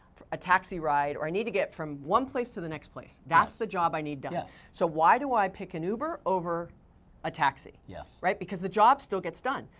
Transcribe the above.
a taxi ride, or i need to get from one place to the next place. that's the job i need done. so why do i pick an uber over a taxi? yes. right, because the job still gets done.